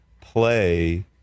play